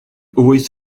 wyth